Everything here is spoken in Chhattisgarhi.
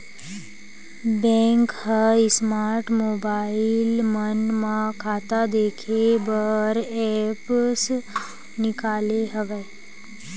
बेंक ह स्मार्ट मोबईल मन म खाता देखे बर ऐप्स निकाले हवय